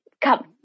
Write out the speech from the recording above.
come